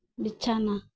ᱵᱤᱪᱷᱟᱱᱟ